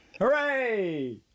Hooray